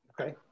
Okay